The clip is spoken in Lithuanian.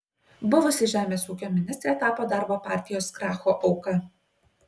buvusi žemės ūkio ministrė tapo darbo partijos kracho auka